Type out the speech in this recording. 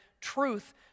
truth